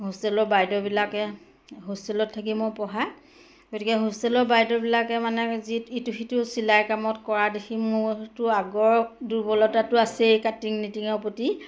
হোষ্টেলৰ বাইদেউবিলাকে হোষ্টেলত থাকি মই পঢ়া গতিকে হোষ্টেলৰ বাইদেউবিলাকে মানে যি ইটো সিটো চিলাই কামত কৰা দেখি মোৰতো আগৰ দুৰ্বলতাটো আছেই কাটিং নীটিঙৰ প্ৰতি